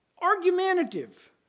argumentative